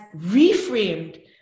reframed